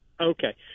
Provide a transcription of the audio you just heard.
Okay